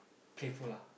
playful lah